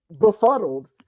befuddled